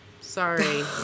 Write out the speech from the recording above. sorry